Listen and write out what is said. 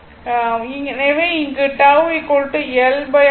எனவே இங்கு τ L RThevenin